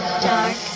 Dark